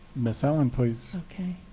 miss allen, place. ok.